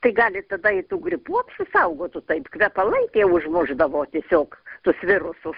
tai gal ir tada ir tų gripų apsisaugotų taip kvepalai tie užmušdavo tiesiog tuos virusus